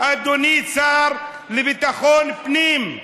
אדוני השר לביטחון פנים,